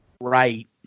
Right